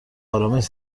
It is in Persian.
ارامش